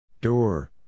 Door